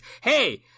Hey